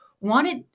wanted